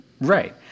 Right